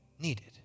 needed